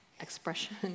expression